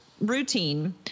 routine